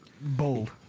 Bold